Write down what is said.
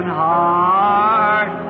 heart